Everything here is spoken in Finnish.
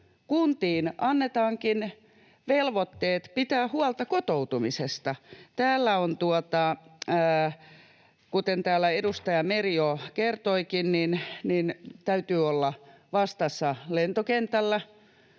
kuntiin annetaankin velvoitteet pitää huolta kotoutumisesta: Täällä, kuten edustaja Meri jo kertoikin, täytyy olla vastassa lentokentällä,